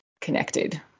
connected